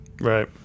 Right